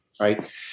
right